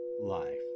life